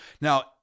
Now